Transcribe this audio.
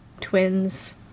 twins